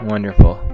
Wonderful